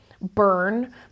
burn